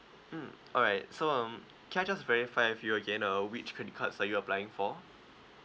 mm alright so um can I just verify with you again uh which credit cards are you applying for